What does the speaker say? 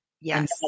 Yes